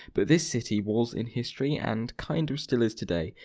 but this city was in history, and kind of still is today,